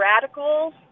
radicals